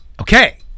Okay